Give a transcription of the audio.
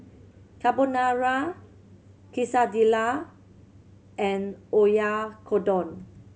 Carbonara Quesadilla and Oyakodon